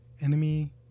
Enemy